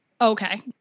Okay